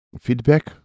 feedback